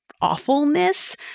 awfulness